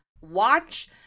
Watch